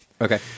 Okay